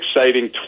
exciting